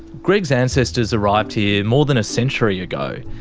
greg's ancestors arrived here more than a century ago.